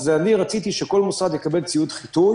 אז אני רציתי שכל מוסד יקבל ציוד חיטוי,